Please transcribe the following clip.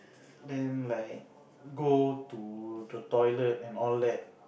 then like go to the toilet and all that